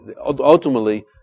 Ultimately